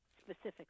specifically